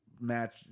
match